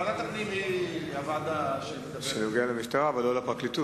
ועדת הפנים נוגעת למשטרה אבל לא לפרקליטות.